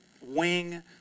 wing